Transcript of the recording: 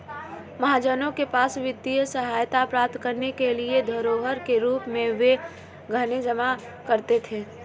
महाजनों के पास वित्तीय सहायता प्राप्त करने के लिए धरोहर के रूप में वे गहने जमा करते थे